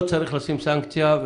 לא צריך לשים סנקציה.